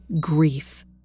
grief